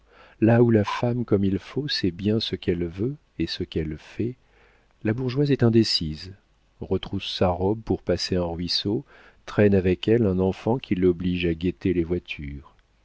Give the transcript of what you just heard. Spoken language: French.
là où la femme comme il faut sait bien ce qu'elle veut et ce qu'elle fait la bourgeoise est indécise retrousse sa robe pour passer un ruisseau traîne avec elle un enfant qui l'oblige à guetter les voitures